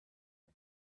are